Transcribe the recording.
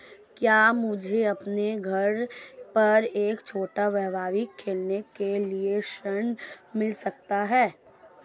क्या मुझे अपने घर पर एक छोटा व्यवसाय खोलने के लिए ऋण मिल सकता है?